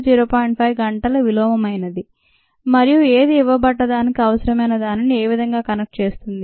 5 గంటల విలోమమైనది మరియు ఏది ఇవ్వబడ్డదానికి అవసరమైన దానిని ఏవిధంగా కనెక్ట్ చేస్తుంది